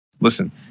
Listen